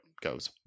goes